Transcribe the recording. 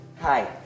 Hi